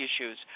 issues